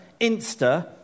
Insta